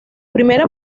primera